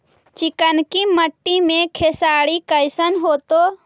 चिकनकी मट्टी मे खेसारी कैसन होतै?